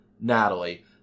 natalie